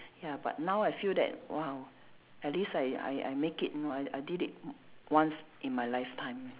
ya but now I feel that !wow! at least I I I make it you know I I did it m~ once in my lifetime